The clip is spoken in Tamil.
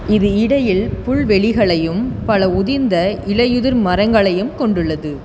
இது இடையில் புல்வெளிகளையும் பல உதிர்ந்த இலையுதிர் மரங்களையும் கொண்டுள்ளது